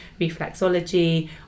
reflexology